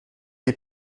die